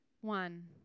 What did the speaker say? one